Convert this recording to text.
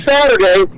Saturday